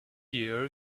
year